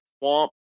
swamp